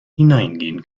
hineingehen